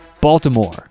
baltimore